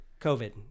COVID